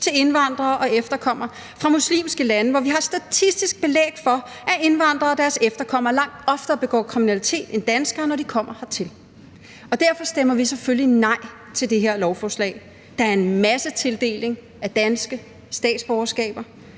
til indvandrere og efterkommere fra muslimske lande, da vi har statistisk belæg for, at indvandrere derfra og deres efterkommere langt oftere begår kriminalitet end danskere, når de kommer hertil. Og derfor stemmer vi selvfølgelig nej til det her lovforslag, der er en massetildeling af danske statsborgerskaber.